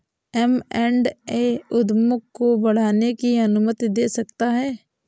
M and A उद्यमों को बढ़ाने की अनुमति दे सकता है